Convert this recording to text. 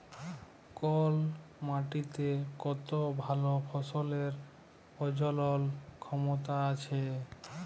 call মাটিতে কত ভাল ফসলের প্রজলল ক্ষমতা আছে